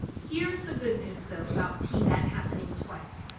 here's the good news though about pmat happening twice.